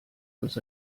dels